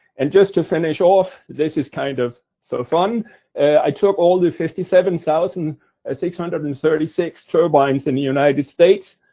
and just to finish off this is kind of for fun i took all the fifty seven thousand six hundred and thirty six turbines in the united states,